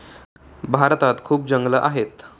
भारतात खूप जंगलं आहेत